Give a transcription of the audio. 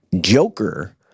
Joker